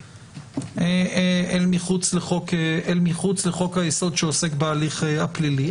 אל מחוץ לחוק-היסוד שעוסק בהליך הפלילי.